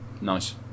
Nice